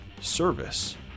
service